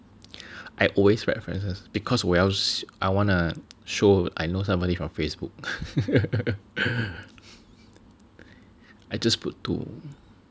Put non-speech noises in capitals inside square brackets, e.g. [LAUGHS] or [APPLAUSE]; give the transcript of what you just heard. I always references because 我要 I wanna show I know somebody from Facebook [LAUGHS] I just put two